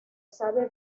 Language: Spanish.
sabe